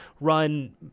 run